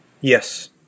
yes